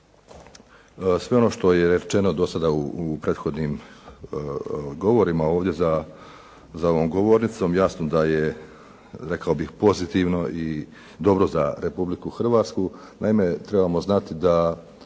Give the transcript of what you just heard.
Sve ono što je rečeno do sada u prethodnim govorima ovdje za ovom govornicom, jasno da je, rekao bih pozitivno i dobro za Republiku Hrvatsku. Naime, trebamo znati da